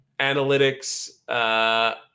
analytics